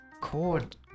cord